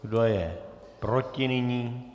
Kdo je proti nyní?